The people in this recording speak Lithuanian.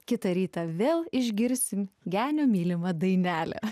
kitą rytą vėl išgirsime genio mylimą dainelę